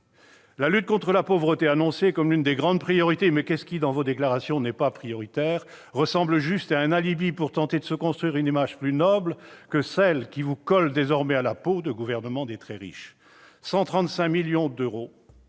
La lutte contre la pauvreté, annoncée comme l'une des grandes priorités- mais qu'est-ce qui, dans les déclarations du Gouvernement, n'est pas prioritaire ?-, ressemble juste à un alibi pour tenter de se construire une image plus noble que celle qui lui colle désormais à la peau de gouvernement des très riches. Un montant de